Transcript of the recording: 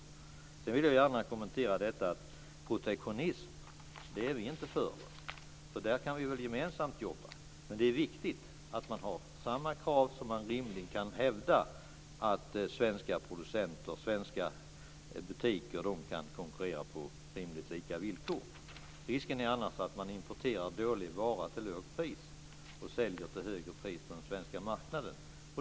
Sedan vill jag gärna kommentera en sak. Vi är inte för protektionism. Där kan vi väl gemensamt jobba. Men det är viktigt att man har samma krav så att man rimligen kan hävda att svenska producenter och svenska butiker kan konkurrera på någorlunda lika villkor. Risken är annars att man importerar dåliga varor till lågt pris och säljer till högre pris på den svenska marknaden.